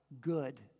good